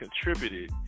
contributed